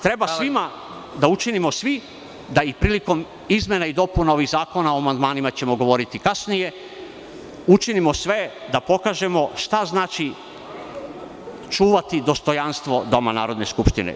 Treba svima da učinimo svi da i prilikom izmena i dopuna ovih zakona, a o amandmanima ćemo govoriti kasnije, učinimo sve da pokažemo šta znači čuvati dostojanstvo Doma Narodne skupštine.